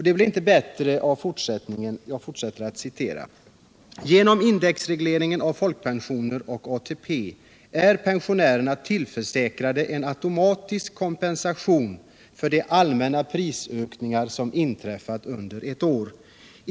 Det blir inte heller bättre av det som därefter står i betänkandet: ”Genom indexregleringen av folkpensionen och ATP är pensionärerna tillförsäkrade en automatisk kompensation för de allmänna prisökningar som inträffar under ett år.